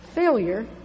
failure